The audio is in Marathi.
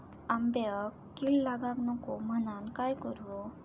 आंब्यक कीड लागाक नको म्हनान काय करू?